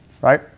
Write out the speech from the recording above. right